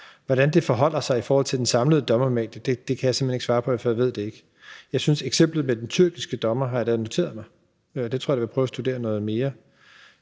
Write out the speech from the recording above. Hvordan det forholder sig i forhold til den samlede dommermængde, kan jeg simpelt hen ikke svare på, for jeg ved det ikke. Eksemplet med den tyrkiske dommer har jeg da noteret mig, det tror jeg da jeg vil prøve at studere noget mere,